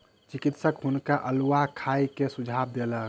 चिकित्सक हुनका अउलुआ खाय के सुझाव देलक